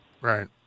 Right